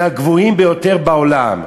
מהגבוהים ביותר בעולם.